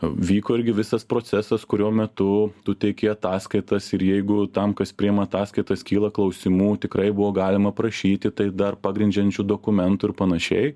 vyko irgi visas procesas kurio metu tu teiki ataskaitas ir jeigu tam kas priima ataskaitas kyla klausimų tikrai buvo galima prašyti tai dar pagrindžiančių dokumentų ir pan